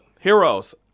heroes